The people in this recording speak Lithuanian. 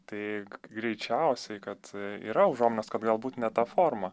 tai greičiausiai kad yra užuominos kad galbūt ne ta forma